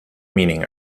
meaning